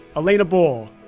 alaina bol,